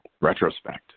retrospect